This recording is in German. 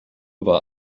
war